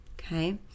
Okay